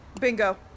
Bingo